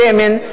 שמן,